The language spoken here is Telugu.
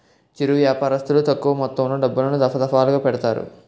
చిరు వ్యాపారస్తులు తక్కువ మొత్తంలో డబ్బులను, దఫాదఫాలుగా పెడతారు